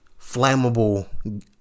flammable